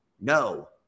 No